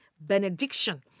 benediction